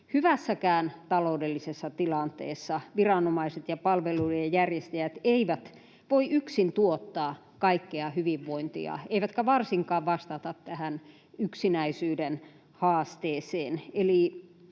Hyvässäkään taloudellisessa tilanteessa viranomaiset ja palvelujen järjestäjät eivät voi yksin tuottaa kaikkea hyvinvointia eivätkä varsinkaan vastata tähän yksinäisyyden haasteeseen.